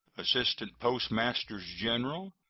assistant postmasters-general,